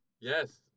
Yes